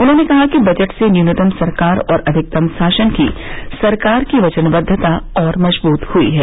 उन्होंने कहा कि बजट से न्यूनतम सरकार और अधिकतम शासन की सरकार की वचनबद्वता और मजबूत हुई है